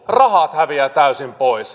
rahat häviävät täysin pois